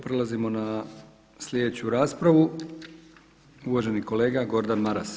Prelazimo na sljedeću raspravu, uvaženi kolega Gordan Maras.